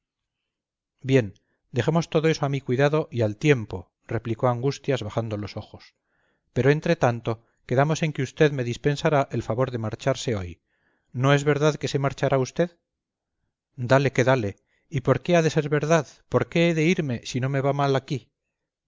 bien dejemos todo eso a mi cuidado y al tiempo replicó angustias bajando los ojos pero entretanto quedamos en que usted me dispensará el favor de marcharse hoy no es verdad que se marchará usted dale que dale y por qué ha de ser verdad por qué he de irme si no me va mal aquí